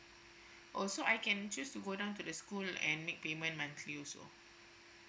oh so I can choose to go down to the school lah and make payment monthly also